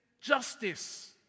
justice